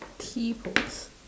t-pose